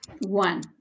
One